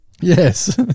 Yes